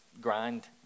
grind